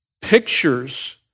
pictures